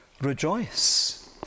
rejoice